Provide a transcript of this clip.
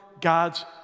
God's